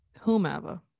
whomever